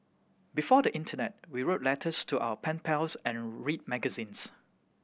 before the internet we wrote letters to our pen pals and read magazines